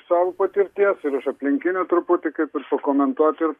savo patirties ir iš aplinkinių truputį kaip ir sukomentuot ir